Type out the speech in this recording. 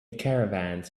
caravans